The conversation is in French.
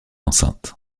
enceinte